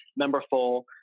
Memberful